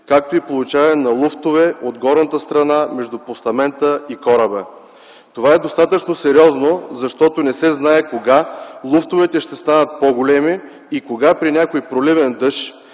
както и получаване на луфтове от горната страна – между постамента и кораба. Това е достатъчно сериозно, защото не се знае кога луфтовете ще станат по-големи и кога при някой проливен дъжд